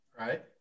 Right